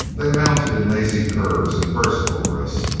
they mounted in lazy curves and burst over us.